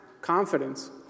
confidence